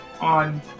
on